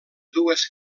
dues